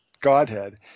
godhead